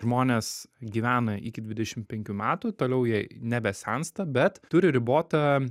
žmonės gyvena iki dvidešim penkių metų toliau jei nebe sensta bet turi ribotą